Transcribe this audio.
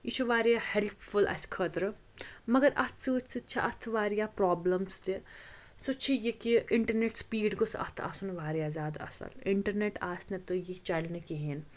یہِ چھُ واریاہ ہیلپفُل اَسہِ خٲطرٕ مگر اتھ سۭتۍ سۭتۍ چھِ اتھ واریاہ پرٛابلِمٕز تہِ سُہ چھُ یہِ کہِ اِنٹرنیٹ سپیٖڈ گوٚژھ اَتھ آسُن واریاہ زیادٕ اصل اِنٹرنٮ۪ٹ آسہِ نہٕ تہٕ یہِ چلہِ نہٕ کِہیٖنۍ